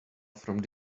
from